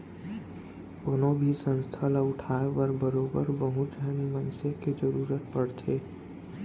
कोनो भी संस्था ल उठाय बर बरोबर बहुत झन मनसे के जरुरत पड़थे